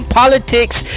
politics